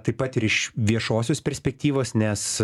taip pat ir iš viešosios perspektyvos nes